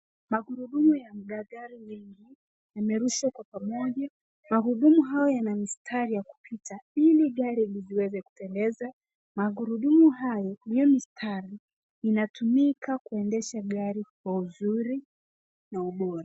Maguru ya magari mengi yamerushwa kwa pamoja. Magurudumu hayo yana mistari ya kupitia ili gari lisiweze kuteleza. Magurudumu hayo iliyo mistari inatumika kuendesha gari kwa uzuri na upole.